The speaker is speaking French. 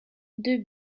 deux